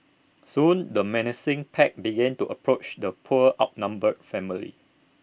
soon the menacing pack began to approach the poor outnumbered family